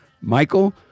Michael